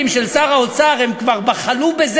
אותה, מה זה השיקולים הרלוונטיים?